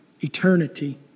eternity